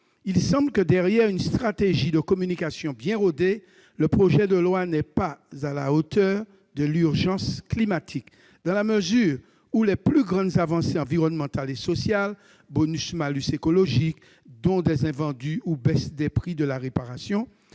il semble que, derrière une stratégie de communication bien rodée, ce projet de loi ne soit pas à la hauteur de l'urgence climatique. En effet, les plus grandes avancées environnementales et sociales- bonus-malus écologique, don des invendus, baisse des prix de la réparation